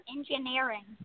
Engineering